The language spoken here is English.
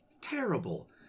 terrible